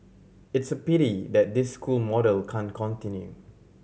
it's a pity that this school model can't continue